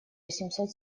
восемьсот